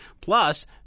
plus